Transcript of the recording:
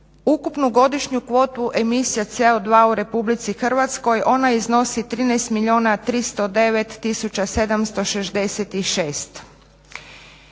ukupnu godišnju kvotu emisija CO2 u Republici Hrvatskoj ona iznosi 13